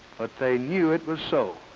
but they knew it was so,